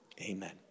Amen